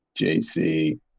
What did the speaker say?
JC